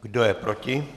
Kdo je proti?